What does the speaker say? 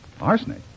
Arsenic